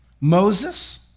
Moses